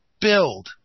build